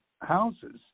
houses